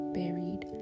buried